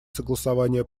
согласования